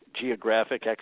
geographic